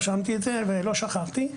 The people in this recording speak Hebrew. רשמתי את זה ולא שכחתי.